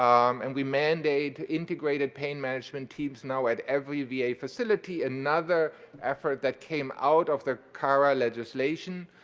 um and we mandate integrated pain management teams now at every v a. facility. another effort that came out of the cara legislation.